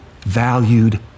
valued